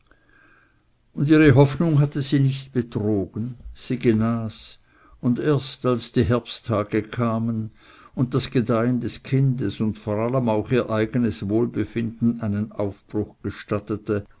und ihre hoffnung hatte sie nicht betrogen sie genas und erst als die herbsttage kamen und das gedeihen des kindes und vor allem auch ihr eigenes wohlbefinden einen aufbruch gestattete